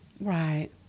Right